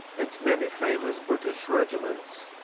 and many famous british regiments.